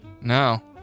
No